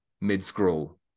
mid-scroll